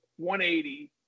180